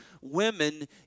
women